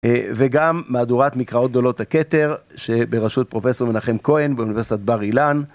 וגם מהדורת מקראות גדולות הכתר שבראשות פרופ' מנחם כהן באוניברסיטת בר אילן